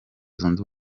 zunze